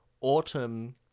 autumn